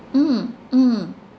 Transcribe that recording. mm mm